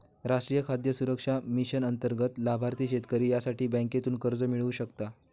राष्ट्रीय खाद्य सुरक्षा मिशन अंतर्गत लाभार्थी शेतकरी यासाठी बँकेतून कर्ज मिळवू शकता